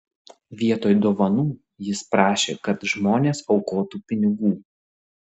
vietoj dovanų jis prašė kad žmonės aukotų pinigų